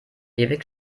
ewig